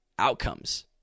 outcomes